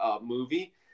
movie